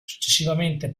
successivamente